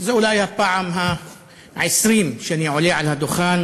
זו אולי הפעם ה-20 שאני עולה על הדוכן